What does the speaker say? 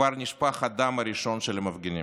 וכבר נשפך הדם הראשון של המפגינים.